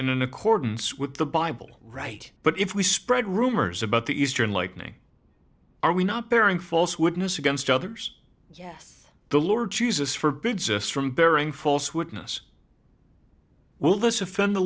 in accordance with the bible right but if we spread rumors about the eastern like me are we not bearing false witness against others yes the lord jesus forbids us from bearing false witness will this offend the